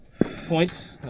points